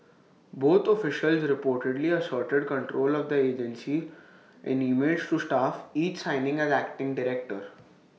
both officials reportedly asserted control of the agency in emails to staff each signing as acting director